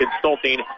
consulting